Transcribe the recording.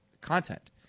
content